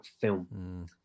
film